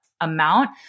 amount